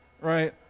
Right